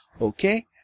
Okay